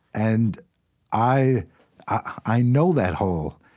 and i i know that hole,